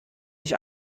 dich